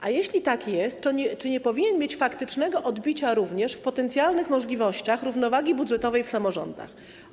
A jeśli tak jest, to czy nie powinien mieć faktycznego odbicia również w potencjalnych możliwościach równowagi budżetowej w samorządach?